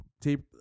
Tape